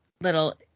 little